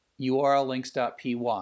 url-links.py